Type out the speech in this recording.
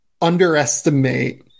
underestimate